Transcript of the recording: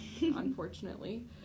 unfortunately